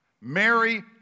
Mary